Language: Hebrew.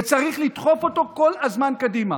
וצריך לדחוף אותו כל הזמן קדימה.